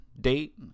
date